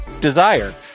Desire